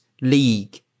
league